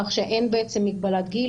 כך שאין מגבלת גיל.